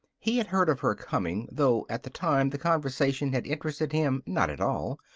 he had heard of her coming, though at the time the conversation had interested him not at all.